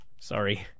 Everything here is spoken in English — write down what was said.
Sorry